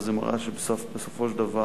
אז זה מראה שבסופו של דבר